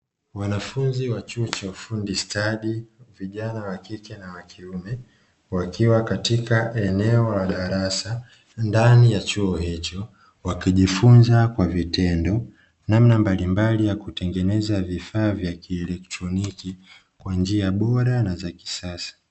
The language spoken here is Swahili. Wanafunzi wa chuo cha ufundi stadi vijana wa kike na wa kiume wakiwa katika eneo la darasa ndani ya chuo hicho wakijifunza kwa vitendo namna mbalimbali ya kutengeneza vifaa vya kielektroniki kwa njia bora na za kisasa.